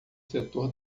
setor